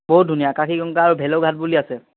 বহুত ধুনীয়া আকাশী গংগা আৰু ভেলো ঘাট বুলি আছে